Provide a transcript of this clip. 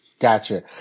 Gotcha